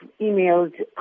emailed